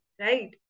right